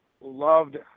loved